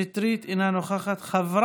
אינו נוכח, חבר